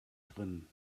drinnen